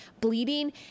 bleeding